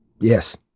Yes